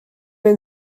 ein